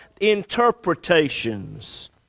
interpretations